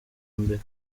mbere